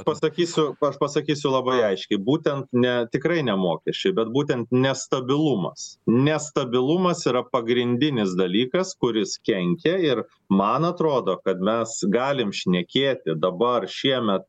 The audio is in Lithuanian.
pasakysiu aš pasakysiu labai aiškiai būtent ne tikrai ne mokesčiai bet būtent nestabilumas nestabilumas yra pagrindinis dalykas kuris kenkia ir man atrodo kad mes galim šnekėti dabar šiemet